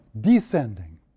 descending